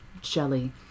Jelly